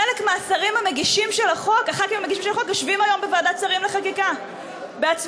חלק מחברי הכנסת המגישים של החוק יושבים היום בוועדת שרים לחקיקה בעצמם.